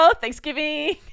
Thanksgiving